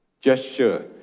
gesture